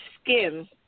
skin